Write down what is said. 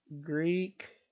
Greek